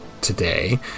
today